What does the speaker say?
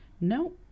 No